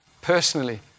Personally